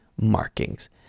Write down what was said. markings